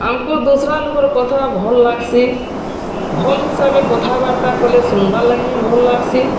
ଆମ୍କୁ ଦୁସ୍ରା ଲୁକର୍ କଥା ଭଲ୍ ଲାଗ୍ସି ଭଲ୍ ହିସାବେ କଥାବାର୍ତ୍ତା କଲେ ଶୁନ୍ବାର୍ ଲାଗି ବି ଭଲ୍ ଲାଗ୍ସି